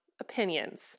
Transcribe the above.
opinions